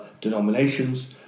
denominations